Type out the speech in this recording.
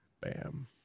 bam